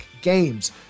games